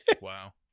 Wow